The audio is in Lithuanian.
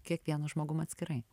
kiekvienu žmogum atskirai